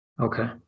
okay